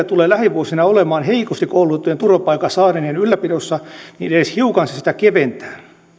tulee lähivuosina olemaan heikosti koulutettujen turvapaikan saaneiden ylläpidossa niin edes hiukan se sitä keventää